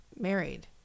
married